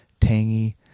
tangy